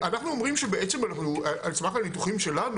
אנחנו אומרים שבעצם על סמך הניתוחים שלנו,